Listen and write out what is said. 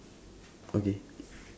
okay